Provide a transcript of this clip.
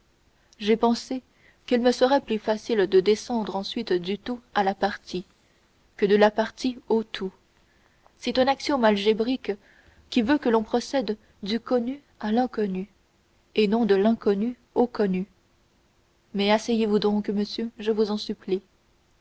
j'ai pensé qu'il me serait plus facile de descendre ensuite du tout à la partie que de la partie au tout c'est un axiome algébrique qui veut que l'on procède du connu à l'inconnu et non de l'inconnu au connu mais asseyez-vous donc monsieur je vous en supplie